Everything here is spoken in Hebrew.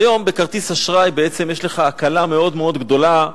והיום בכרטיס אשראי בעצם יש לך הקלה מאוד מאוד גדולה: